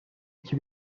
iki